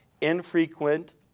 infrequent